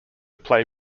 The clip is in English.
play